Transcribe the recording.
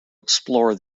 explore